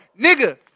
nigga